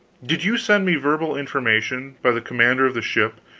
did you send me verbal information, by the commander of the ship,